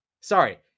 sorry